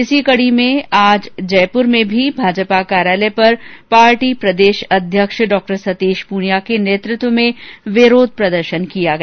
इस कडी में आज जयपुर में भी भाजपा कार्यालय पर पार्टी प्रदेश अध्यक्ष डॉ सतीश पूनिया के नेतृत्व में विरोध प्रदर्शन किया गया